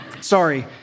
Sorry